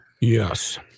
Yes